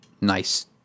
nice